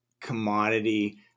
commodity